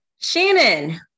Shannon